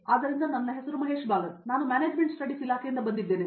ಆದ್ದರಿಂದ ನನ್ನ ಹೆಸರು ಮಹೇಶ್ ಬಾಲನ್ ನಾನು ಮ್ಯಾನೇಜ್ಮೆಂಟ್ ಸ್ಟಡೀಸ್ ಇಲಾಖೆಯಿಂದ ಬಂದಿದ್ದೇನೆ